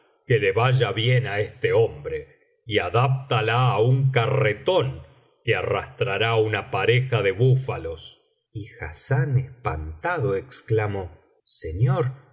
que le vaya bien á este hombre y adáptala á un carretón que arrastrará una pareja de búfalos y hassán espantado exclamó señor